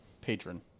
patron